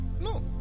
No